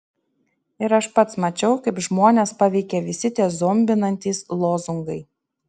ir aš pats mačiau kaip žmones paveikia visi tie zombinantys lozungai